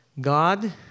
God